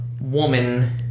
woman